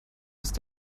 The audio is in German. ist